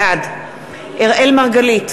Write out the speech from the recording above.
בעד אראל מרגלית,